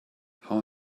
how